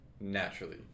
naturally